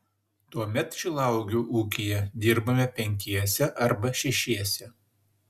tuomet šilauogių ūkyje dirbame penkiese arba šešiese